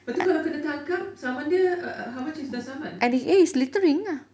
lepas tu kalau kena tangkap saman dia how much is the saman